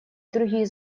другие